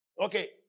Okay